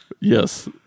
Yes